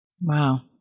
Wow